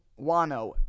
Wano